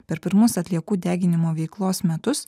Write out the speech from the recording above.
per pirmus atliekų deginimo veiklos metus